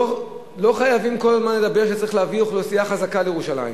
לא חייבים כל הזמן לדבר על כך שצריך להביא אוכלוסייה חזקה לירושלים.